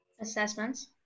assessments